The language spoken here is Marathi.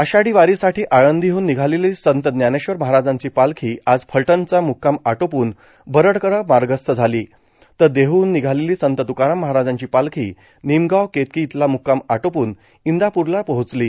आषाढी वारीसाठी आळंदीहून निघालेली संत ज्ञानेश्वर महाराजांची पालखी आज फलटणचा मुक्काम आटोपून बरडकडं मार्गस्थ झाली तर देहूहून निघालेली संत तुकाराम महाराजांची पालखी निमगाव केतकी इथला मुक्काम आटोपून इंदापूरला पोहोचली